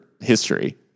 history